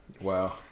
Wow